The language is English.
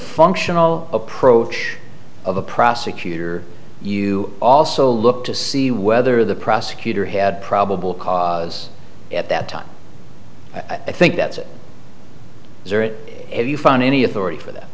functional approach of a prosecutor you also look to see whether the prosecutor had probable cause at that time i think that it is or it if you find any authority for that